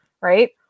right